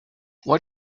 what